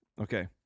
Okay